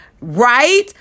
right